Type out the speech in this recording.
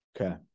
Okay